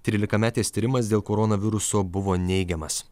trylikametės tyrimas dėl koronaviruso buvo neigiamas